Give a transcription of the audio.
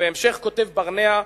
ובהמשך כותב ברנע: